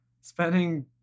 spending